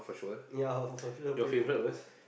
ya for sure play Pokemon